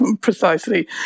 precisely